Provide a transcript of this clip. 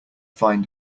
fine